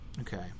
Okay